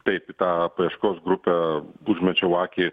taip į tą paieškos grupę užmečiau akį